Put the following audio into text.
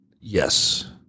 Yes